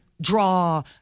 draw